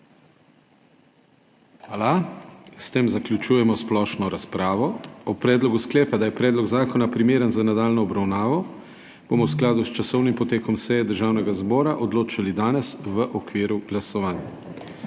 Hvala. S tem zaključujem splošno razpravo. O predlogu sklepa, da je predlog zakona primeren za nadaljnjo obravnavo, bomo v skladu s časovnim potekom seje Državnega zbora odločali danes v okviru glasovanj.